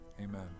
amen